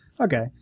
Okay